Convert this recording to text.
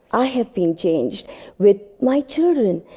i have been changed with my children.